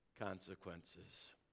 consequences